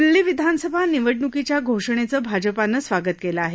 दिल्ली विधानसभा निवडणुकीच्या घोषणेचं भाजपानं स्वागत केलं आहे